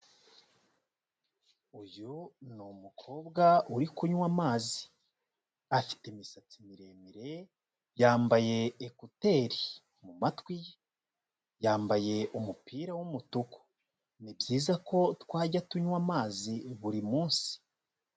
Uyu ni umukobwa uri kunywa amazi, afite imisatsi miremire, yambaye ekuteri mu matwi ye, yambaye umupira w'umutuku, ni byiza ko twajya tunywa amazi buri munsi.